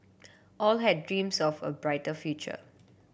all had dreams of a brighter future